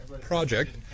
project